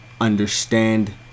understand